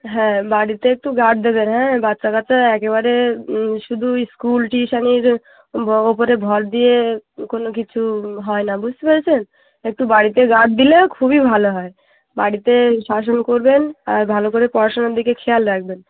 হ্যাঁ বাড়িতে একটু গার্ড দেবেন হ্যাঁ বাচ্চা কাচ্চা একেবারে শুধু স্কুল টিউশানির ভ ওপরে ভর দিয়ে কোনো কিছু হয় না বুঝতে পেরেছেন একটু বাড়িতে গার্ড দিলে খুবই ভালো হয় বাড়িতে শাসন করবেন আর ভালো করে পড়াশোনার দিকে খেয়াল রাখবেন